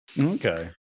Okay